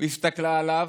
הסתכלה עליו,